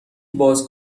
باز